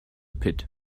pit